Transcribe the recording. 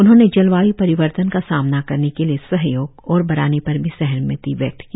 उन्होंने जलवाय् परिवर्तन का सामना करने के लिए सहयोग और बढ़ाने पर भी सहमति व्यक्त की